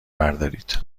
بردارید